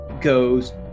goes